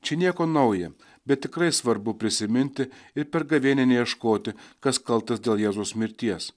čia nieko nauja bet tikrai svarbu prisiminti ir per gavėnią neieškoti kas kaltas dėl jėzaus mirties